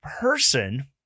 person